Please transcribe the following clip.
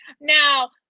now